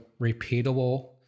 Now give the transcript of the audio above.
repeatable